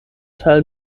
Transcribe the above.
teil